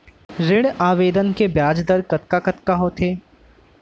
ऋण आवेदन के ब्याज दर कतका कतका होथे?